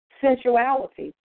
Sensuality